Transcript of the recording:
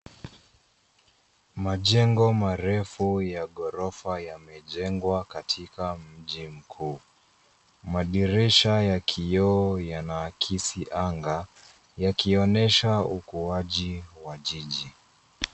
Majengo marefu ya ghorofa yamejengwa katika mji mkuu. Madirisha ya kioo yanaakisi anga yakionyesha ukuaji wa jiji.